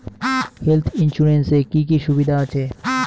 Health insurance এ কি কি সুবিধা আছে?